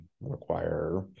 require